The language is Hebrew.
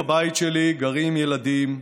בבית שלי גרים ילדים,